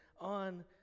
on